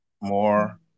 more